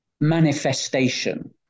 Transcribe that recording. manifestation